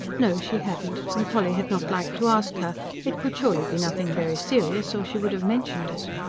no, she hadn't and polly had not liked to ask her it could surely be nothing very serious, or she would have mentioned it.